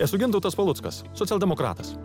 esu gintautas paluckas socialdemokratas